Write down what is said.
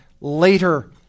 later